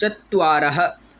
चत्वारः